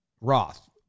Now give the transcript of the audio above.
Roth